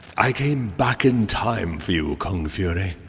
i came back in time for you kung fury,